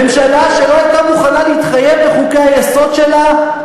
ממשלה שלא הייתה מוכנה להתחייב בחוקי-היסוד שלה,